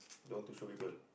don't want to show people